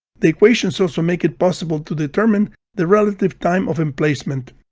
the equations also make it possible to determine the relative time of emplacement.